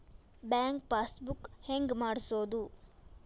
Bank passbook ಹೆಂಗ್ ಮಾಡ್ಸೋದು?